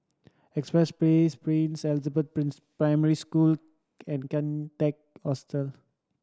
Express Place Princess Elizabeth Primary School and Kian Teck Hostel